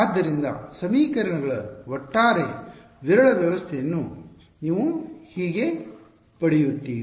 ಆದ್ದರಿಂದ ಸಮೀಕರಣಗಳ ಒಟ್ಟಾರೆ ವಿರಳ ವ್ಯವಸ್ಥೆಯನ್ನು ನೀವು ಹೀಗೆ ಪಡೆಯುತ್ತೀರಿ